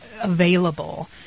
available